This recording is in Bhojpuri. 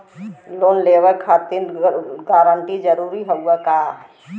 लोन लेवब खातिर गारंटर जरूरी हाउ का?